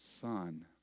Son